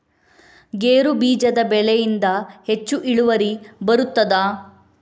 ಗೇರು ಬೀಜದ ಬೆಳೆಯಿಂದ ಹೆಚ್ಚು ಇಳುವರಿ ಬರುತ್ತದಾ?